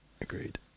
Agreed